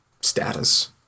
status